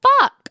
fuck